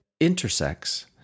intersects